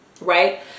right